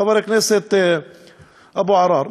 חבר הכנסת אבו עראר,